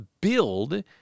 build